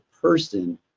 person